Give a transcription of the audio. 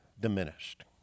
diminished